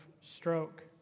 stroke